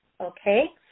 okay